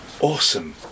Awesome